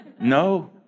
No